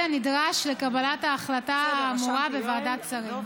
הנדרש לקבלת ההחלטה האמורה בוועדת שרים.